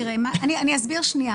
אסביר.